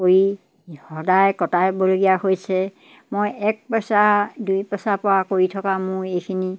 কৰি সদায় কটাইবলগীয়া হৈছে মই এক পইচা দুই পইচাৰ পৰা কৰি থকা মোৰ এইখিনি